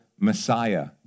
Messiah